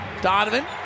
Donovan